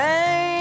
Hey